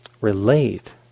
relate